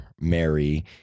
Mary